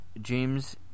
James